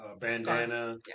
bandana